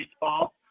Baseball